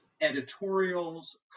editorials